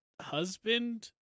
husband